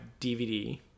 DVD